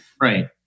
Right